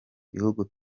gihugu